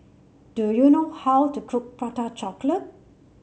do you know how to cook Prata Chocolate